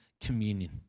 communion